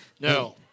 No